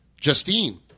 Justine